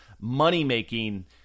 money-making